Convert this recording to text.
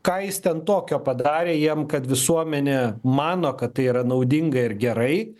ką jis ten tokio padarė jiem kad visuomenė mano kad tai yra naudinga ir gerai